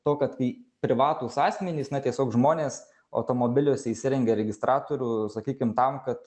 to kad kai privatūs asmenys na tiesiog žmonės automobiliuose įsirengia registratorių sakykim tam kad